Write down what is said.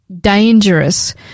dangerous